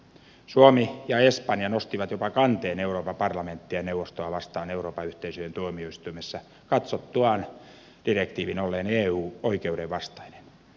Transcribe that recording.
suomi ja espanja nostivat jopa kanteen euroopan parlamenttia ja neuvostoa vastaan euroopan yhteisöjen tuomioistuimessa katsottuaan direktiivin olleen eu oikeuden vastainen